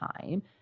time